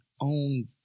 own